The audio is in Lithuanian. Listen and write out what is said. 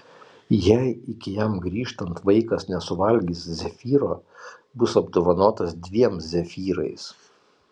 jei iki jam grįžtant vaikas nesuvalgys zefyro bus apdovanotas dviem zefyrais